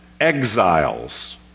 exiles